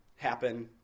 happen